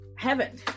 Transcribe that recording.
heaven